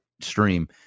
stream